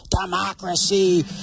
democracy